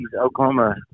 Oklahoma